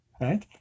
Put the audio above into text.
right